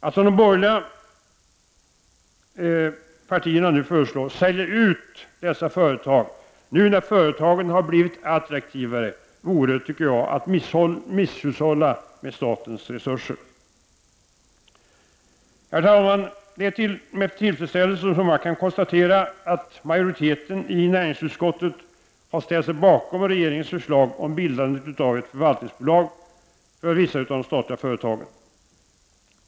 Att, som de borgerliga partierna föreslår, sälja ut dessa företag nu, när företagen har blivit attraktivare, tycker jag vore att misshushålla med statens resurser. Herr talman! Det är med tillfredsställelse som jag kan konstatera att majoriteten i näringsutskottet har ställt sig bakom regeringens förslag om bildandet av ett förvaltningsbolag för vissa av de statliga företagen.